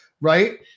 Right